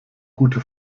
gute